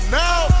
now